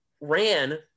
ran